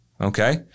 okay